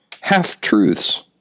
Half-truths